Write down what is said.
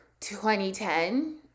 2010